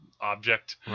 object